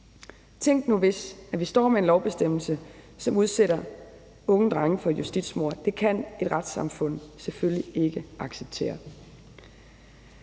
tænk nu, hvis vi står med en lovbestemmelse, som udsætter unge drenge for justitsmord. Det kan et retssamfund selvfølgelig ikke acceptere.